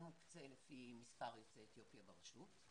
מוקצה לפי מספר יוצאי אתיופיה ברשות.